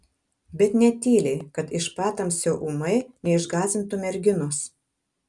bet ne tyliai kad iš patamsio ūmai neišgąsdintų merginos